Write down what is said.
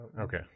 Okay